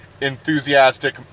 enthusiastic